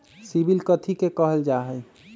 CIBIL कथि के काहल जा लई?